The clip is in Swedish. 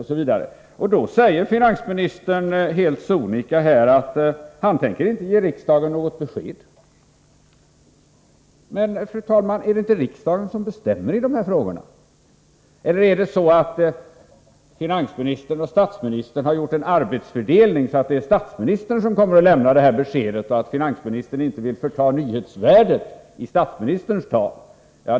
Finansministern säger nu helt sonika att han inte tänker ge riksdagen något besked. Men, fru talman, är det inte riksdagen som bestämmer i dessa frågor? Eller har finansministern och statsministern gjort en arbetsfördelning, så att det är statsministern som kommer att lämna detta besked och finansministern inte vill förta nyhetsvärdet i statsministerns tal?